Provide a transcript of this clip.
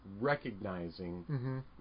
recognizing